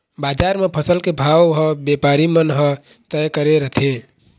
बजार म फसल के भाव ह बेपारी मन ह तय करे रथें